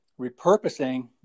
repurposing